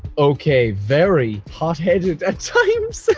okay, very hot-headed at times,